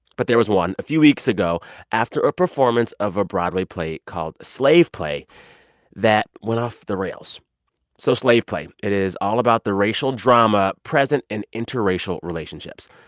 but there was one a few weeks ago after a performance of a broadway play called slave play that went off the rails so slave play, it is all about the racial drama present in interracial relationships.